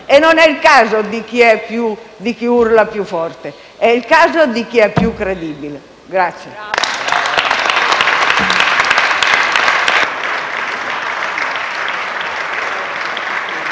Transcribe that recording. E non è il caso di chi urla più forte; è il caso di chi è più credibile.